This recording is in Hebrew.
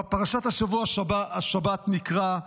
בפרשת השבוע השבת נקרא: